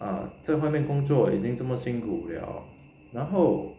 啊在外面工作已经这么辛苦了然后